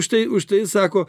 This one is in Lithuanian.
štai už tai sako